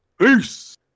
Peace